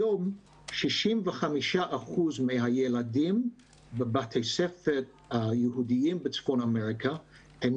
היום 65% מהילדים בבתי הספר היהודיים בצפון אמריקה באים